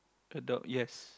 Adobe yes